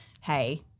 hey